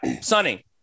Sunny